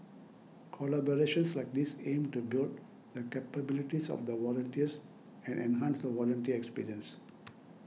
collaborations like these aim to build the capabilities of the volunteers and enhance the volunteer experience